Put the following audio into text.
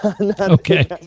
Okay